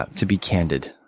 ah to be candid.